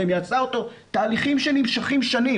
תהליכים שנמשכים שנים,